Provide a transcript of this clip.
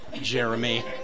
Jeremy